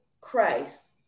Christ